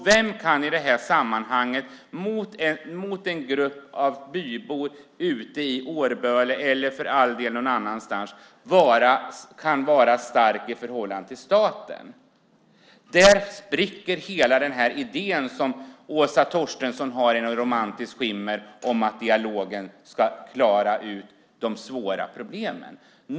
Vem kan i det här sammanhanget påstå att en grupp bybor ute i Årböle eller för all del någon annanstans kan vara stark i förhållande till staten? Där spricker hela den romantiska idé Åsa Torstensson för fram om att klara ut de svåra problemen med hjälp av en dialog.